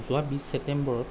যোৱা বিছ ছেপ্তেম্বৰত